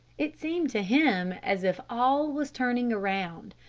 it seemed to him as if all was turning around.